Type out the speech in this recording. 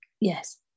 Yes